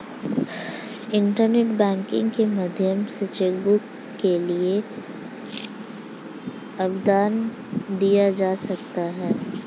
internet banking के माध्यम से चैकबुक के लिए आवेदन दिया जा सकता है